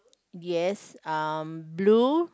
yes um blue